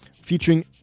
featuring